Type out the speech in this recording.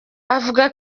avuga